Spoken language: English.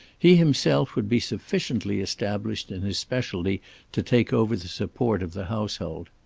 he himself would be sufficiently established in his specialty to take over the support of the household.